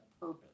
purpose